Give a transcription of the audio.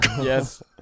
yes